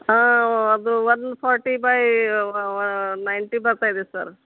ಹಾಂ ಅದು one forty by ninety ಬರ್ತಾಯಿದೆ ಸರ್